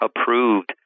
approved